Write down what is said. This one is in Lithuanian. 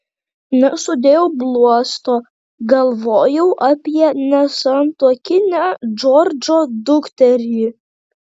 nesudėjau bluosto galvojau apie nesantuokinę džordžo dukterį